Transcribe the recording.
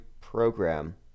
program